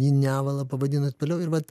jį nevala pavadina ir toliau ir vat